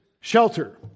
shelter